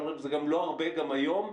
אבל זה גם לא הרבה גם היום,